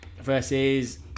versus